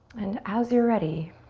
and as you're ready,